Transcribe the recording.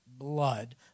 blood